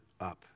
up